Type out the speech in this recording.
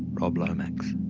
rob lomax.